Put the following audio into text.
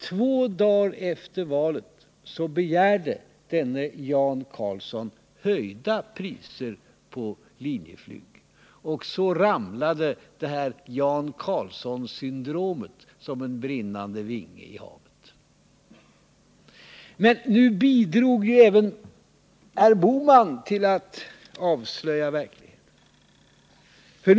Två dagar efter valet begärde denne Jan Carlzon höjda priser på Linjeflyg. Så ramlade det här Jan Carlzon-syndromet som en brinnande vinge i havet. Nu bidrog ju även herr Bohman till att avslöja verkligheten.